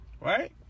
right